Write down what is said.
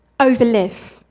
Overlive